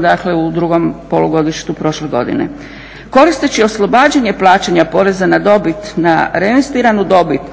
dakle u drugom polugodištu prošle godine. Koristeći oslobađanje plaćanja poreza na dobit na reinvestiranu dobit